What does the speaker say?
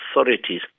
authorities